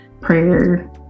prayer